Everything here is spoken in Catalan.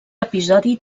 episodi